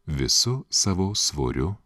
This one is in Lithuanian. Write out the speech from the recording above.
visu savo svoriu